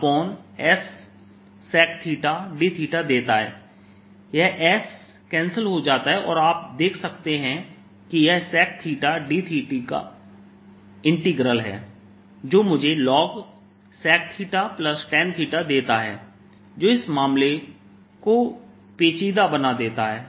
यह s cancel हो जाता है और आप देख सकते हैं कि यह sec d का इंटीग्रल है जो मुझे logsectan देता है जो इस मामले को पेचीदा बना देता है